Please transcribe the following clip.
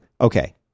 Okay